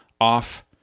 off